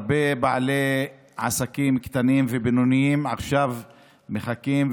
הרבה בעלי עסקים קטנים ובינוניים עכשיו מחכים,